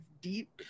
deep